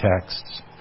texts